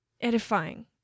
edifying